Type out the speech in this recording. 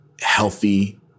healthy